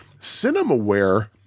Cinemaware